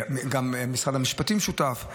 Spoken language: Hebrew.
גם משרד המשפטים שותף.